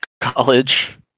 college